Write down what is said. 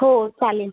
हो चालेल